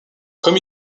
comme